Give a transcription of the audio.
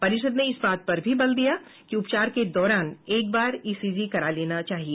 परिषद ने इस बात पर भी बल दिया कि उपचार के दौरान एक बार ईसीजी करा लेनी चाहिए